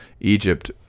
egypt